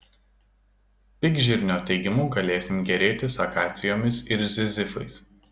pikžirnio teigimu galėsim gėrėtis akacijomis ir zizifais